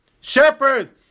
Shepherds